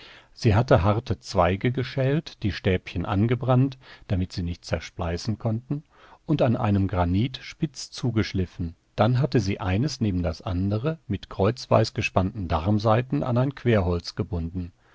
sie hatte harte zweige geschält die stäbchen angebrannt damit sie nicht zerspleißen konnten und an einem granit spitz zugeschliffen dann hatte sie eines neben das andere mit kreuzweis gespannten darmsaiten an ein querholz gebunden